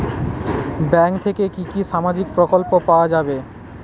Bank থেকে কি কি সামাজিক প্রকল্প পাওয়া যাবে?